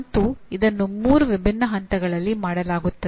ಮತ್ತು ಇದನ್ನು ಮೂರು ವಿಭಿನ್ನ ಹಂತಗಳಲ್ಲಿ ಮಾಡಲಾಗುತ್ತದೆ